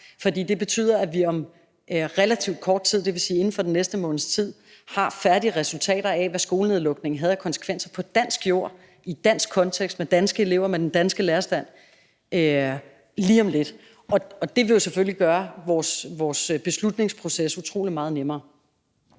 for det betyder, at vi om relativt kort tid, dvs. inden for den næste måneds tid – altså lige om lidt – har færdige resultater af, hvad skolenedlukningen havde af konsekvenser på dansk jord, i en dansk kontekst, med danske elever, med den danske lærerstand. Og det vil selvfølgelig gøre vores beslutningsproces utrolig meget nemmere.